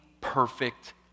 perfect